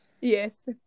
Yes